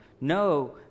No